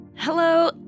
Hello